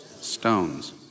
Stones